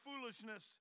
foolishness